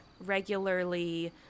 regularly